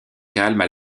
calmes